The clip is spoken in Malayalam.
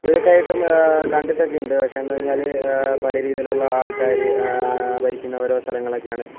ഇവരൊക്കെയായിട്ടും കണ്ടിട്ടൊക്കെയുണ്ട് പക്ഷെയെന്ന് പറഞ്ഞാൽ പല രീതിയിലുള്ള ആൾക്കാർ ഭരിക്കുന്ന ഓരോ സ്ഥലങ്ങളൊക്കെയാണ്